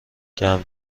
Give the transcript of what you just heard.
گرم